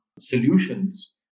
solutions